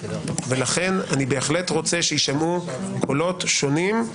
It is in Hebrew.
ולכן אני בהחלט רוצה שיישמעו קולות שונים,